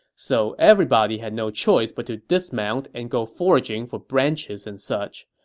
so everybody had no choice but to dismount and go foraging for branches and such.